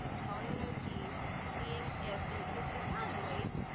calling an ot, seeing if they can evaluate.